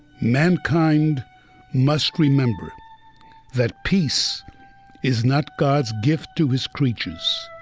mankind must remember that peace is not god's gift to his creatures,